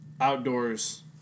outdoors